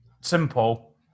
simple